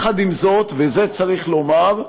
עם זאת, ואת זה צריך לומר,